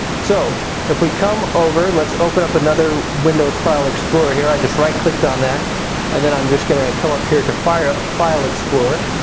so if we come over, let's open up another windows file explorer here i just right clicked on that and then i'm just going to come right up here to file file explorer.